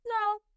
No